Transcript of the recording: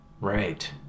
Right